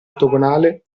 ottagonale